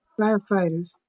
firefighters